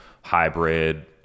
hybrid